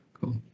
Cool